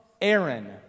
Aaron